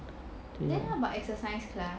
then how about exercise class exercise class